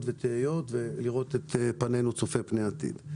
ותהיות ולהראות את פנינו בצפייה לפני העתיד.